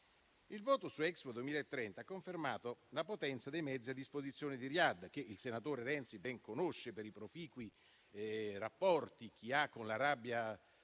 Il voto su Expo 2030 ha confermato la potenza dei mezzi a disposizione di Riad, che il senatore Renzi ben conosce per i proficui rapporti che ha con l'Arabia